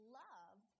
love